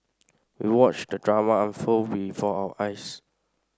we watched the drama unfold before our eyes